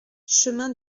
chemin